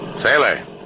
Sailor